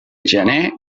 gener